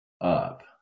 up